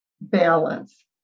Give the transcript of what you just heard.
balance